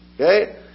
Okay